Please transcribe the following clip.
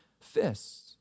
fists